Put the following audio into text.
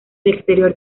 exterior